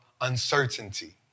uncertainty